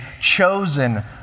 chosen